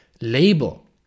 label